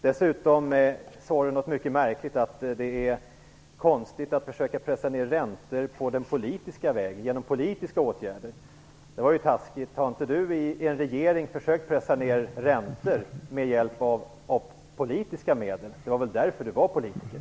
Per Westerberg sade något mycket märkligt, nämligen att det är konstigt att försöka pressa ned räntorna genom politiska åtgärder. Har inte Per Westerberg i en regering försökt pressa ned räntor med politiska medel? Det är väl därför han är politiker?